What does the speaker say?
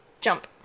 jump